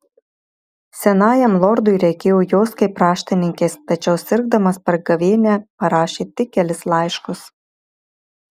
senajam lordui reikėjo jos kaip raštininkės tačiau sirgdamas per gavėnią parašė tik kelis laiškus